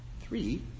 Three